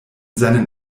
seinen